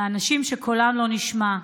לאנשים שקולם לא נשמע,